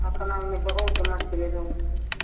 अपनामे बहुत मछरी रहै हइ